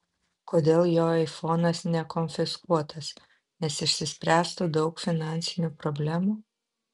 kodėl jo aifonas nekonfiskuotas nes išsispręstų daug finansinių problemų